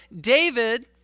David